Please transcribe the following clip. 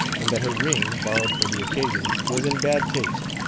and that her ring, borrowed for the occasion, was in bad taste.